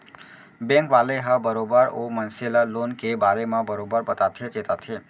bank वाले ह बरोबर ओ मनसे ल लोन के बारे म बरोबर बताथे चेताथे